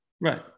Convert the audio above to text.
Right